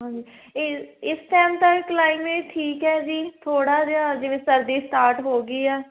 ਹਾਂ ਇ ਇਸ ਟਾਈਮ ਦਾ ਇਹ ਤਾਂ ਕਲਾਈਮੇਟ ਠੀਕ ਹੈ ਜੀ ਥੋੜ੍ਹਾ ਜਿਹਾ ਜਿਵੇਂ ਸਰਦੀ ਸਟਾਰਟ ਹੋ ਗਈ ਆ